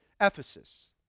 Ephesus